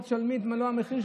תשלמי את מלוא המחיר?